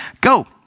Go